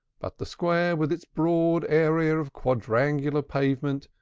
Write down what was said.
but the square, with its broad area of quadrangular pavement,